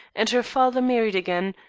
and her father married again,